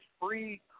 free